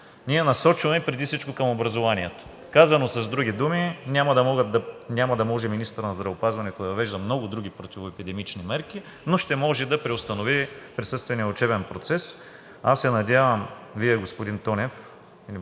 ние насочваме преди всичко към образованието. Казано с други думи: няма да може министърът на здравеопазването да въвежда много други противоепидемични мерки, но ще може да преустанови присъствения учебен процес. Аз се надявам Вие, господин Тонев,